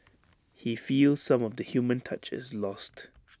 he feels some of the human touch is lost